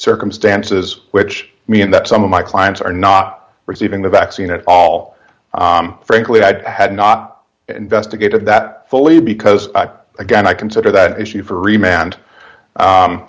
circumstances which mean that some of my clients are not receiving the vaccine at all frankly i had not investigated that fully because again i consider that issue for